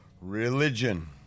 religion